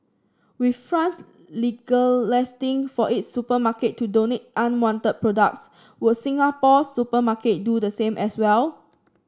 with France for its supermarket to donate unwanted products will Singapore's supermarket do the same as well